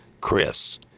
chris